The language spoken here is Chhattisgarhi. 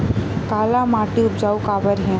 काला माटी उपजाऊ काबर हे?